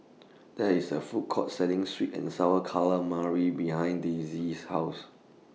There IS A Food Court Selling Sweet and Sour Calamari behind Daisey's House